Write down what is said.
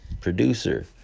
producer